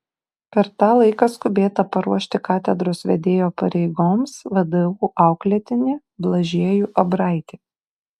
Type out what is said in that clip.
per tą laiką skubėta paruošti katedros vedėjo pareigoms vdu auklėtinį blažiejų abraitį